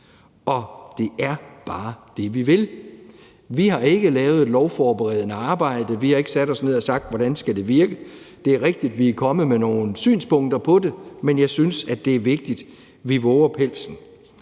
og det er bare dét, vi vil. Vi har ikke lavet et lovforberedende arbejde; vi har ikke sat os ned og sagt: Hvordan skal det virke? Det er rigtigt, at vi er kommet med nogle synspunkter på det, men jeg synes, det er vigtigt, at vi vover pelsen.